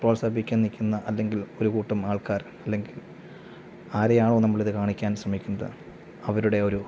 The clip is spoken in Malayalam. പ്രോത്സാഹിപ്പിക്കാൻ നിക്കുന്ന അല്ലെങ്കിൽ ഒരു കൂട്ടം ആൾക്കാർ അല്ലെങ്കിൽ ആരെയാണോ നമ്മളിത് കാണിക്കാൻ ശ്രമിക്കുന്നത് അവരുടെ ഒരു